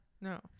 No